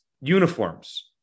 uniforms